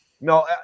No